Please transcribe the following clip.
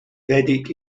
vedic